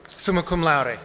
summa cum laude.